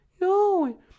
no